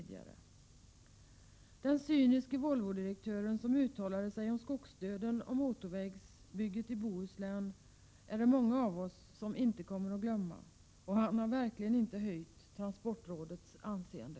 Den cyniske Volvodirektören som uttalade sig om skogsdöden och motorvägsbygget i Bohuslän är det många av oss som inte kommer att glömma. Han har verkligen inte höjt transportrådets anseende.